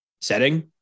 setting